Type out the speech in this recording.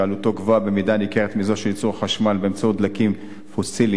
שעלותו גבוהה במידה ניכרת מזו של ייצור חשמל באמצעות דלקים פוסיליים,